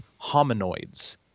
hominoids